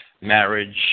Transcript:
marriage